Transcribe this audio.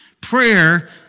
Prayer